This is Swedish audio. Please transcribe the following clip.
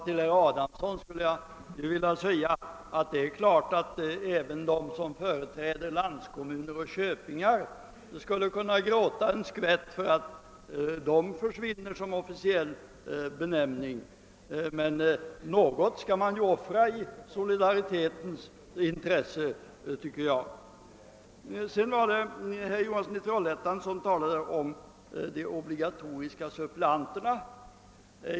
Herr talman! Det är klart, herr Adamsson, att även de som företräder landskommuner och köpingar skulle kunna gråta en skvätt för att dessa båda begrepp försvinner som officiell benämning. Men något skall man ju offra i solidaritetens intresse, tycker jag. Herr Johansson i Trollhättan talade om de obligatoriska suppleanterna.